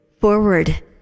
forward